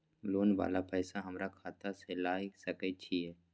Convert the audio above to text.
Loan वाला पैसा हमरा खाता से लाय सके छीये?